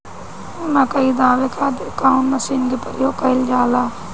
मकई दावे खातीर कउन मसीन के प्रयोग कईल जाला?